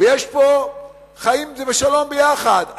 ויש פה חיים ושלום ביחד.